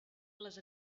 les